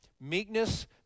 meekness